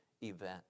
event